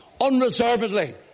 unreservedly